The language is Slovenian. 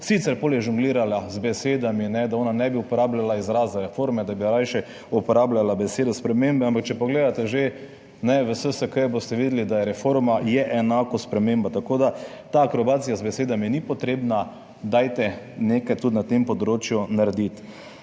sicer pol je žonglirala z besedami, ne da ona ne bi uporabljala izraza reforme, da bi rajši uporabljala besede spremembe, ampak če pogledate že ne v SSKJ, boste videli, da je reforma je enako sprememba, tako da ta akrobacija z besedami ni potrebna, dajte nekaj tudi na tem področju narediti.